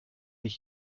ich